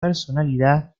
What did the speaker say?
personalidad